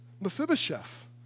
Mephibosheth